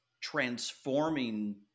transforming